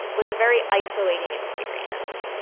was a very isolating experience.